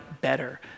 better